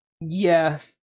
Yes